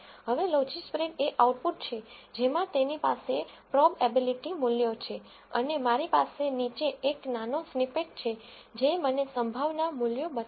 હવે લોજીસ્પ્રેડ એ આઉટપુટ છે જેમાં તેની પાસે પ્રોબ એબિલીટી મૂલ્યો છે અને મારી પાસે નીચે એક નાનો સ્નિપેટ છે જે મને પ્રોબેબ્લીટી મૂલ્યો બતાવે છે